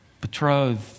betrothed